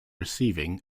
receiving